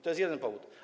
To jest jeden powód.